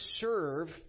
serve